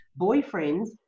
boyfriends